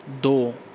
ਦੋ